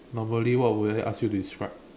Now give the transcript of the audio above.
normally what would I ask you to describe